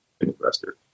investor